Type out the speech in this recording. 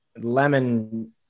lemon